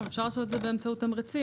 אפשר לעשות את זה באמצעות תמריצים.